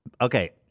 Okay